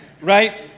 right